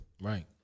right